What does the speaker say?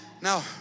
Now